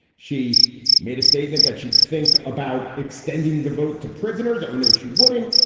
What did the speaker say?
she made a statement that she'd think about extending the vote to prisoners. oh, no, she wouldn't.